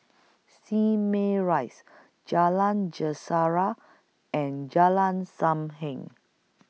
Simei Rise Jalan Sejarah and Jalan SAM Heng